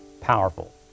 powerful